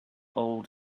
old